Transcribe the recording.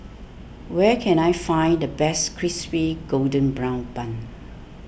where can I find the best Crispy Golden Brown Bun